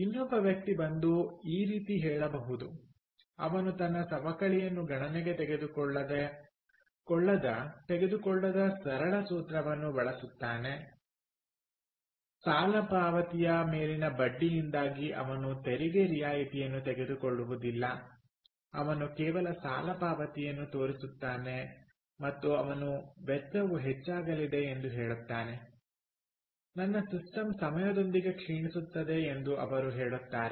ಇನ್ನೊಬ್ಬ ವ್ಯಕ್ತಿ ಬಂದು ಈ ರೀತಿ ಹೇಳಬಹುದು ಅವನು ತನ್ನ ಸವಕಳಿಯನ್ನು ಗಣನೆಗೆ ತೆಗೆದುಕೊಳ್ಳದ ಸರಳ ಸೂತ್ರವನ್ನು ಬಳಸುತ್ತಾನೆ ಸಾಲ ಪಾವತಿಯ ಮೇಲಿನ ಬಡ್ಡಿಯಿಂದಾಗಿ ಅವನು ತೆರಿಗೆ ರಿಯಾಯಿತಿಯನ್ನು ತೆಗೆದುಕೊಳ್ಳುವುದಿಲ್ಲ ಅವನು ಕೇವಲ ಸಾಲ ಪಾವತಿಯನ್ನು ತೋರಿಸುತ್ತಾನೆ ಮತ್ತು ಅವನು ವೆಚ್ಚವು ಹೆಚ್ಚಾಗಲಿದೆ ಎಂದು ಹೇಳುತ್ತಾನೆ ನನ್ನ ಸಿಸ್ಟಮ್ ಸಮಯದೊಂದಿಗೆ ಕ್ಷೀಣಿಸುತ್ತದೆ ಎಂದು ಅವರು ಹೇಳುತ್ತಾರೆ